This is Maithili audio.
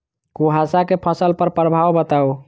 कुहासा केँ फसल पर प्रभाव बताउ?